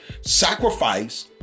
sacrifice